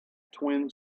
twin